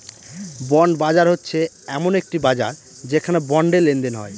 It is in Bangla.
বন্ড বাজার হচ্ছে এমন একটি বাজার যেখানে বন্ডে লেনদেন হয়